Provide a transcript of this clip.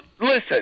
Listen